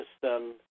system